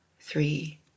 three